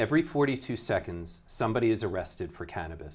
every forty two seconds somebody is arrested for can